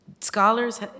Scholars